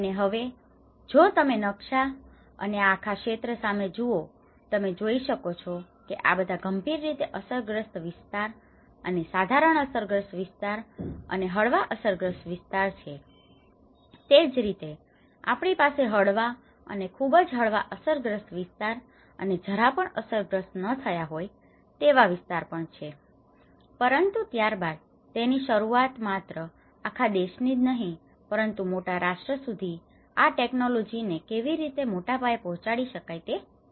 અને હવે જો તમે નકશા અને આ આખા ક્ષેત્ર સામે જુઓ તમે જોઈ શકશો કે આ બધા ગંભીર રીતે અસરગ્રસ્ત વિસ્તાર અને સાધારણ અસરગ્રસ્ત વિસ્તાર અને હળવા અસરગ્રસ્ત વિસ્તાર છે તે જ રીતે આપણી પાસે હળવા અને ખુબજ હળવા અસરગ્રસ્ત વિસ્તાર અને જરાપણ અસરગ્રસ્ત ન થયા હોય તેવા વિસ્તાર પણ છે પરંતુ ત્યારબાદ તેની શરૂઆત માત્ર આખા દેશની જ નહિ પરંતુ મોટા રાષ્ટ્રો સુધી આ ટેક્નોલોજી ને કેવી રીતે મોટાપાયે પહોંચાડી શકાય તે પડકાર છે